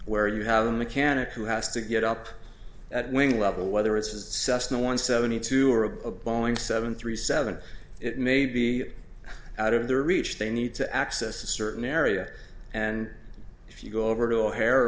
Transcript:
where you have a mechanic who has to get up at wing level whether it's a cessna one seventy two or a boeing seven three seven it may be out of their reach they need to access a certain area and if you go over to o'hare